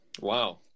Wow